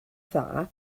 dda